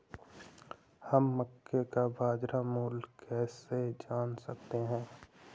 हम मक्के का बाजार मूल्य कैसे जान सकते हैं?